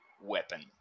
weapon